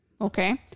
okay